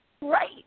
right